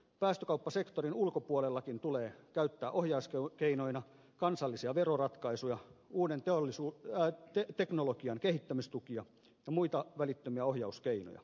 päästökauppasektorin ulkopuolellakin tulee käyttää ohjauskeinoina kansallisia veroratkaisuja uuden teknologian kehittämistukia ja muita välittömiä ohjauskeinoja